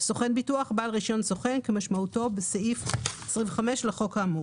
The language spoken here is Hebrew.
"סוכן ביטוח" בעל רישיון סוכן כמשמעותו בסעיף 25 לחוק האמור.